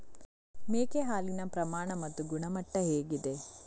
ಮೇಕೆ ಹಾಲಿನ ಪ್ರಮಾಣ ಮತ್ತು ಗುಣಮಟ್ಟ ಹೇಗಿದೆ?